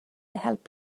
help